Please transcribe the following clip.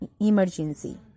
emergency